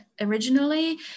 originally